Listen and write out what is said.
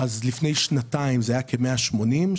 לפני שנתיים זה היה כ-180,